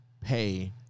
pay